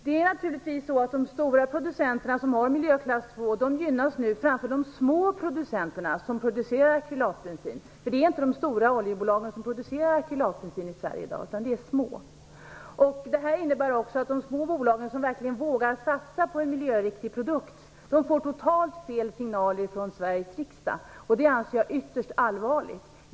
De stora producenterna som tillverkar bensin i miljöklass 2 gynnas nu naturligtvis framför de små prodeucenterna som producerar akrylatbensin. Det är inte de stora oljebolagen som producerar akrylatbensin i Sverige i dag, utan det är de små. Det innebär också att de små bolag som verkligen vågar satsa på en miljöriktig produkt får totalt fel signaler från Sveriges riksdag. Det anser jag är ytterst allvarligt.